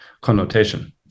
connotation